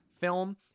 film